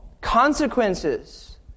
consequences